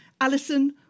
Alison